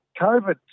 COVID